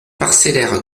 parcellaire